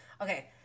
Okay